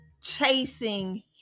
chasing